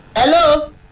Hello